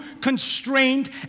constrained